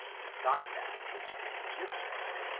besides that which the egyptians,